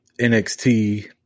NXT